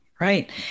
Right